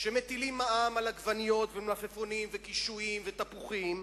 כשמטילים מע"מ על עגבניות ועל מלפפונים ועל קישואים ועל תפוחים,